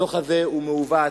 הדוח הזה הוא מעוות.